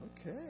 Okay